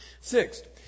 Sixth